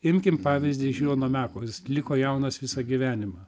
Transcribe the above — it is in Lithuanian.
imkim pavyzdį iš jono meko jis liko jaunas visą gyvenimą